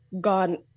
gone